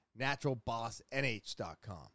NaturalBossNH.com